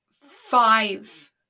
five